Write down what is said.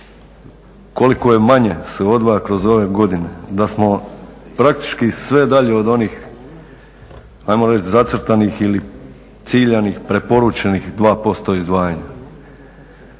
koliko manje se odvaja kroz ove godine, da smo praktički sve dalje od onih ajmo reći zacrtanih ili ciljanih preporučenih 2% izdvajanja.